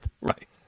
right